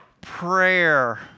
prayer